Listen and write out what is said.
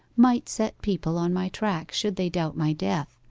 might set people on my track should they doubt my death,